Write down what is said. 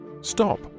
Stop